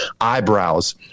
eyebrows